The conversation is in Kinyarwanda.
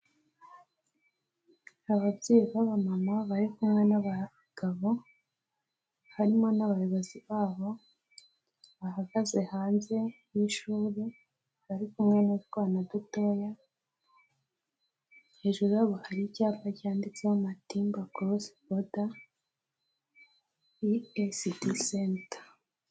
Ababyeyi b'aba mama bari kumwe n'abagabo harimo n'abayobozi babo, bahagaze hanze y'ishuri bari kumwe n'utwana dutoya, hejuru hari icyapa cyanditseho Matimba korosi boda, ECD center.